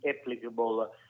applicable